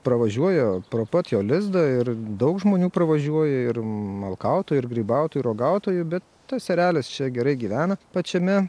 pravažiuoja pro pat jo lizdą ir daug žmonių pravažiuoja ir malkaut grybautojų ir uogautojų bet tas erelis čia gerai gyvena pačiame